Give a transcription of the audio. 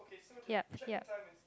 yeap yeap